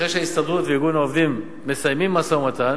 שאחרי שההסתדרות וארגון העובדים מסיימים משא-ומתן,